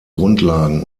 grundlagen